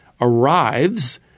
arrives